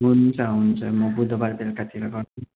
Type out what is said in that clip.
हुन्छ हुन्छ म बुधबार बेलुकातिर गर्छु नि